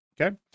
Okay